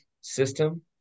system